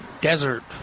desert